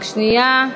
רק שנייה.